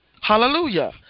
Hallelujah